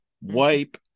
wipe